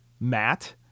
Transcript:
matt